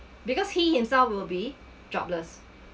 because he himself will be jobless